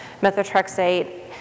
methotrexate